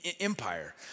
empire